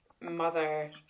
mother